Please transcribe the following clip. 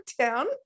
town